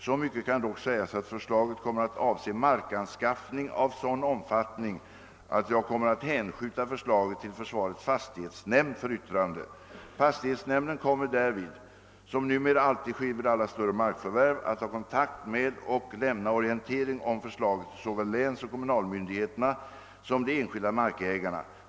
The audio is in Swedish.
Så mycket kan dock sägas att förslaget kommer att avse markanskaffning av sådan omfattning att jag kommer att hänskjuta förslaget till försvarets fastighetsnämnd för yttrande. Fastighetshämnden kommer därvid — såsom numera alltid sker vid alla större markförvärv — att ta kontakt med och lämna orientering om förslaget till såväl länsoch kommunalmyndigheterna som de enskilda markägarna.